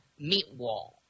Meatwall